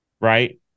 Right